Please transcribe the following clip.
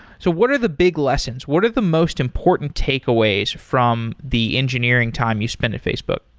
so what are the big lessons? what are the most important takeaways from the engineering time you spent at facebook?